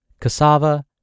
cassava